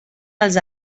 els